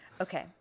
okay